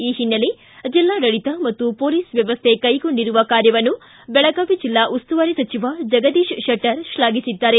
ಈ ಹಿನ್ನೆಲೆ ಜಿಲ್ಲಾಡಳಿತ ಮತ್ತು ಪೊಲೀಸ್ ವ್ವವಸ್ಥೆ ಕೈಗೊಂಡಿರುವ ಕಾರ್ಯವನ್ನು ಬೆಳಗಾವಿ ಜಿಲ್ಲಾ ಉಸ್ತುವಾರಿ ಸಚಿವ ಜಗದೀಶ್ ಶೆಟ್ಟರ್ ಶ್ಲಾಘಿಸಿದ್ದಾರೆ